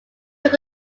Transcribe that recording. took